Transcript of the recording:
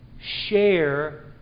share